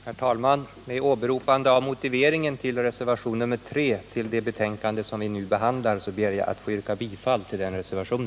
Herr talman! Med åberopande av motiveringen till reservationen 3 vid det betänkande som vi nu behandlar ber jag att få yrka bifall till denna reservation.